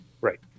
Right